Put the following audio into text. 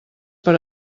per